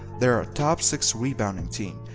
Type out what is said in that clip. they are a top six rebounding team,